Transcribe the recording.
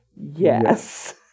yes